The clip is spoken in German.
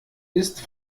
ist